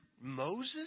Moses